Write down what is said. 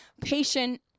patient